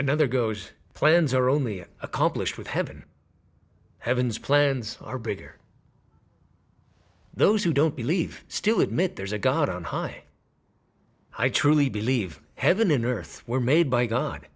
another goes plans are only accomplished with heaven heaven's plans are bigger those who don't believe still admit there's a god on high i truly believe heaven and earth were made by god